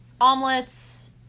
Omelets